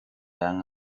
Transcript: han